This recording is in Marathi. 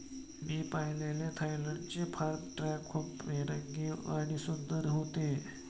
मी पाहिलेले थायलंडचे फार्म ट्रक खूप रंगीबेरंगी आणि सुंदर होते